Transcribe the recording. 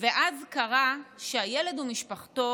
ואז קרה שהילד ומשפחתו